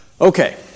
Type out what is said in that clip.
Okay